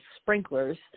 sprinklers